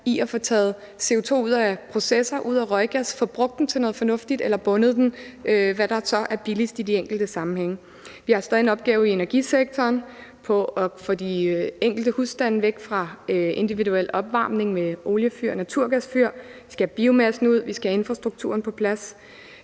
om at få taget CO2 ud af processer, ud af røggas, og få brugt den til noget fornuftigt eller bundet den til det, der så er det billigste i de enkelte sammenhænge. Vi har stadig en opgave i energisektoren i at få de enkelte husstande væk fra individuel opvarmning med oliefyr og naturgasfyr. Vi skal have biomassen ud. Vi skal have infrastrukturen på plads.